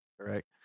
Correct